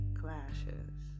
clashes